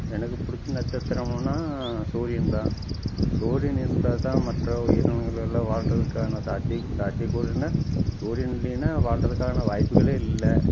எனக்கு பிடிச்ச நட்சத்திரமுன்னால் சூரியன் தான் சூரியன் இருந்தால் தான் மற்ற உயிரினங்கள் எல்லாம் வாழ்கிறதுக்கான சாத்திய சாத்தியக்கூறுனால் சூரியன் இல்லைன்னா வாழ்கிறதுக்கான வாய்ப்புகளே இல்லை